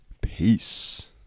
Peace